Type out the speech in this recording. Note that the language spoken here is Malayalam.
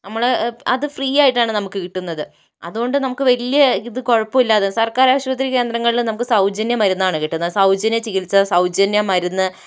നമ്മൾ അത് ഫ്രീ ആയിട്ടാണ് നമുക്ക് കിട്ടുന്നത് അതുകൊണ്ട് നമുക്ക് വല്യ ഇത് കുഴപ്പമില്ലാതെ സര്ക്കാര് ആശുപത്രി കേന്ദ്രങ്ങളില് നമുക്ക് സൗജന്യ മരുന്നാണ് കിട്ടുന്നത് സൗജന്യ ചികിത്സ സൗജന്യ മരുന്ന്